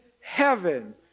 heaven